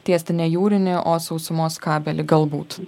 tiesti ne jūrinį o sausumos kabelį galbūt